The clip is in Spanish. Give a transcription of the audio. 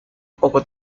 poco